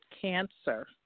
cancer